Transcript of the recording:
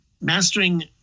mastering